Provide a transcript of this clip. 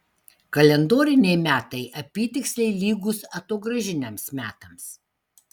kalendoriniai metai apytiksliai lygūs atogrąžiniams metams